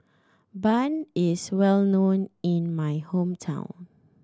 bun is well known in my hometown